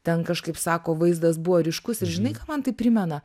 ten kažkaip sako vaizdas buvo ryškus ir žinai ką man tai primena